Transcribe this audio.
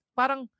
parang